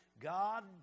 God